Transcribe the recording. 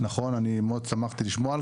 נכון, מאוד שמחתי לשמוע על-כך.